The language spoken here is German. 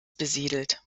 besiedelt